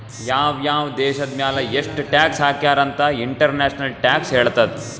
ಯಾವ್ ಯಾವ್ ದೇಶದ್ ಮ್ಯಾಲ ಎಷ್ಟ ಟ್ಯಾಕ್ಸ್ ಹಾಕ್ಯಾರ್ ಅಂತ್ ಇಂಟರ್ನ್ಯಾಷನಲ್ ಟ್ಯಾಕ್ಸ್ ಹೇಳ್ತದ್